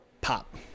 pop